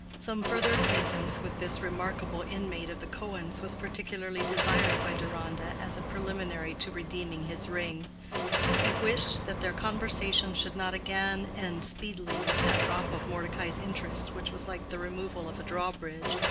some further acquaintance with this remarkable inmate of the cohens was particularly desired by deronda as a preliminary to redeeming his ring he wished that their conversation should not again end speedily with that drop of mordecai's interest which was like the removal of a drawbridge,